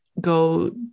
go